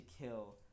kill